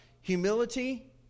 Humility